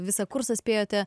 visą kursą spėjote